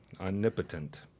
Omnipotent